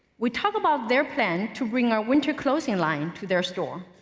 we talked about their plan to bring our winter clothing line to their store.